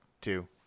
two